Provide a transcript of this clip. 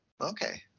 Okay